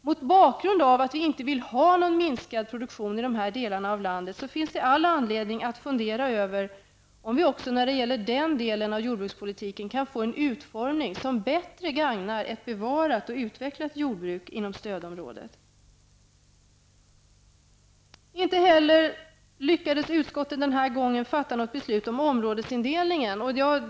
Mot bakgrund av att vi inte vill ha någon minskad produktion i de här delarna av landet finns det all anledning att fundera över om vi, när det gäller den delen av jordbrukspolitiken, kan få en utformning som bättre gagnar ett bevarat och utvecklat jordbruk inom stödområdet. Inte heller lyckades utskottet den här gången fatta något beslut om områdesindelningen.